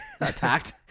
attacked